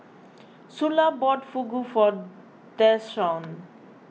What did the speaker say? Sula bought Fugu for Deshaun